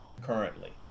currently